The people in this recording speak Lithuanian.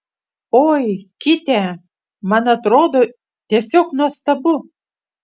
oi kitę man atrodo tiesiog nuostabu